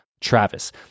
Travis